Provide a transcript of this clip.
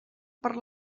per